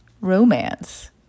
romance